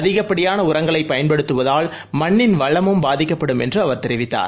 அதிகப்படியான உரங்களை பயன்படுத்துவதால் மண்ணின் வளமும் பாதிக்கப்படும் என்று அவர் தெரிவித்தார்